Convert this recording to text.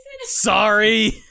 Sorry